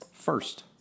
first